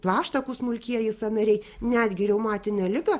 plaštakų smulkieji sąnariai netgi reumatinę ligą